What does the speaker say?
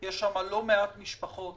יש שם לא מעט משפחות